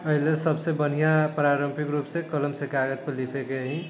अइलेल सबसँ बढ़िआँ पारम्परिक रूपसँ कलमसँ कागजपर लिखैके ही छै